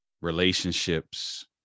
relationships